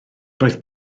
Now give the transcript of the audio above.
roedd